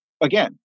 again